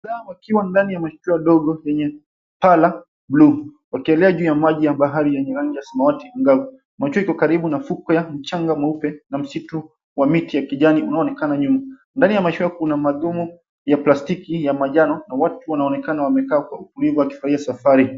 ...wakiwa ndani ya mashua ndogo yenye paa la blue . Wakielea juu ya maji ya bahari yenye rangi ya samawati angavu. Mashua iko karibu na fukwe ya mchanga mweupe na msitu wa miti ya kijani unaonekana nyuma. Ndani ya mashua kuna madumu ya plastiki ya majano na watu wanaonekana wamekaa kwa utulivu wakifurahia safari.